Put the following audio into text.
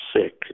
sick